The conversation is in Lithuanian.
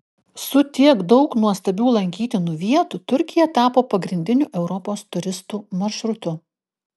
su tiek daug nuostabių lankytinų vietų turkija tapo pagrindiniu europos turistų maršrutu